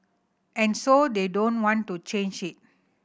and so they don't want to change it